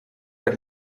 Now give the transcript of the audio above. per